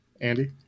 Andy